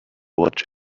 watch